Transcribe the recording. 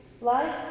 life